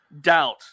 doubt